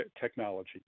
technology